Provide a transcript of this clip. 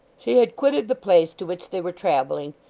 she had quitted the place to which they were travelling,